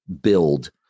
build